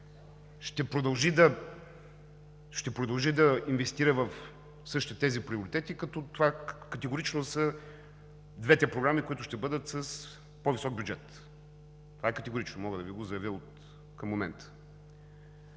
Ще продължи да инвестира в същите тези приоритети като това категорично са двете програми, които ще бъдат с по-висок бюджет. Това е категорично, мога да Ви го заявя към момента.